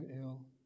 ill